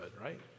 right